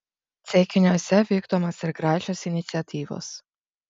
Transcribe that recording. ceikiniuose vykdomos ir gražios iniciatyvos